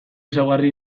ezaugarri